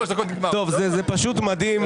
זה פשוט מדהים,